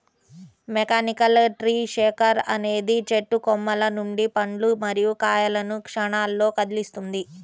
mechanical tree shaker అనేది చెట్టు కొమ్మల నుండి పండ్లు మరియు కాయలను క్షణాల్లో కదిలిస్తుంది